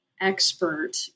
expert